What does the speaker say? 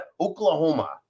Oklahoma